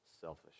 selfish